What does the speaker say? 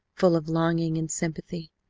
full of longing and sympathy.